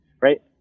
right